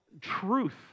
truth